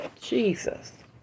Jesus